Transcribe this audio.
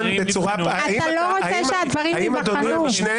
אתה לא רוצה שהדברים ייבחנו.